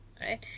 Right